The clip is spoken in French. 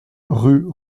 rue